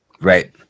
Right